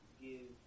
give